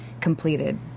completed